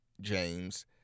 James